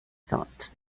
thought